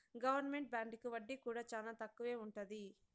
government బాండుకి వడ్డీ కూడా చానా తక్కువే ఉంటది